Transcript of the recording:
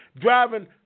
driving